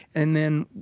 and then,